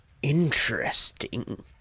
interesting